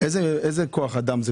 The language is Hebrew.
איזה כוח אדם הוא?